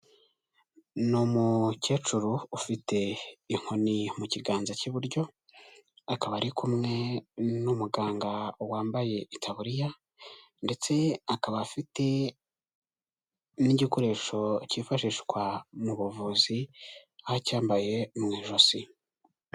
Ni umukecuru ufite inkoni mu kiganza cy'iburyo akaba ari kumwe n'umuganga wambaye itaburiya ndetse akaba afite n'igikoresho cyifashishwa mu buvuzi aho acyambaye mu ijosi.